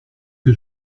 que